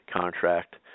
contract